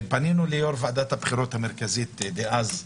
פנינו ליו"ר ועדת הבחירות המרכזית דאז,